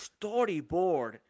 storyboard